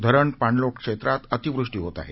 धरण पाणलोट क्षेत्रात अतिवृष्टी होत आहे